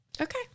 Okay